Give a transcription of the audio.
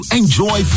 enjoy